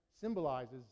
symbolizes